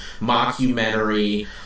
mockumentary